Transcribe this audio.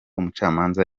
umucamanza